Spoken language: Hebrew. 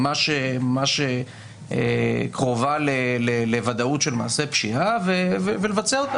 ממש קרובה לוודאות של מעשה פשיעה ולבצע אותה,